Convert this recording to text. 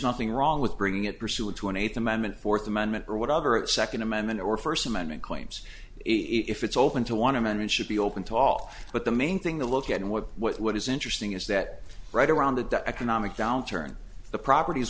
nothing wrong with bringing it pursuant to an eighth amendment fourth amendment or whatever it second amendment or first amendment claims if it's open to want to manage should be open to all but the main thing the look at and what what is interesting is that right around the economic downturn the properties